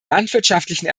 landwirtschaftlichen